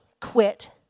quit